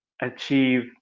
achieve